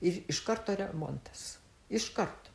ir iš karto remontas iš karto